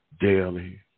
daily